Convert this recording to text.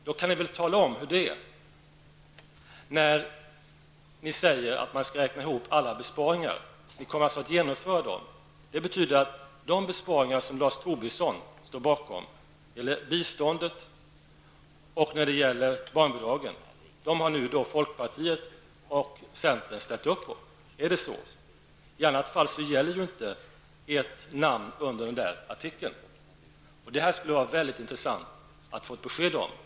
Då kan ni väl tala om hur det är när ni säger att man skall räkna ihop alla besparingar. Ni kommer alltså att genomföra dem. Det betyder att de besparingar som Lars Tobisson står bakom när det gäller biståndet och när det gäller barnbidragen har även folkpartiet och centern nu ställt sig bakom. Är det så? I annat fall gäller ju inte era namn under den artikeln. Det skulle vara mycket intressant att få besked om detta.